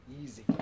Easy